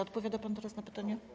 Odpowiada pan teraz na pytanie?